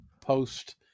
post